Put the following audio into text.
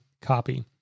copy